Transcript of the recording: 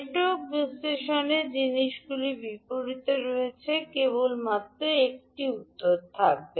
network বিশ্লেষণে জিনিসগুলি বিপরীতে রয়েছে কেবলমাত্র একটি উত্তর থাকবে